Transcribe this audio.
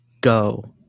go